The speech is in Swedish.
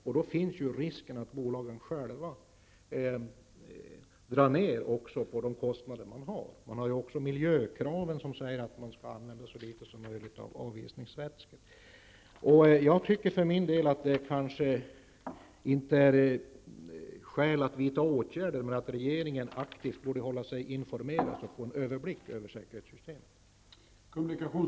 Det finns en risk att bolagen själva drar ned på sina kostnader. Det finns också miljökrav som säger att man skall använda så litet avisningsvätska som möjligt. Jag tycker för min del att det kanske inte är skäl att vidta åtgärder, men att regeringen aktivt borde hålla sig informerad och skaffa sig en överblick över säkerhetssystemen.